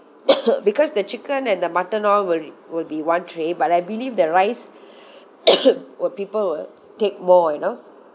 because the chicken and the mutton all will be will be one tray but I believe the rice where people would take more you know